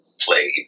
played